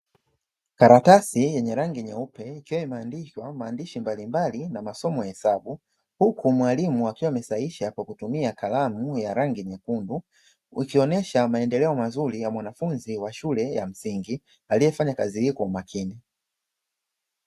Karatasi yenye rangi nyeupe ikiwa imeandikwa maandishi mbalimbali na masomo ya hesabu, huku mwalimu akiwa amesahihisha kwa kutumia kalamu ya rangi nyekundu, ukionesha maendeleo mazuri ya mwanafunzi wa shule ya msingi aliyefanya kazi hii kwa umakini.